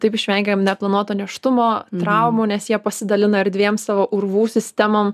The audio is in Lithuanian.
taip išvengiam neplanuoto nėštumo traumų nes jie pasidalina erdvėm savo urvų sistemom